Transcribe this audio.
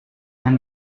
and